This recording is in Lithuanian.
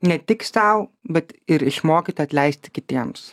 ne tik sau bet ir išmokit atleisti kitiems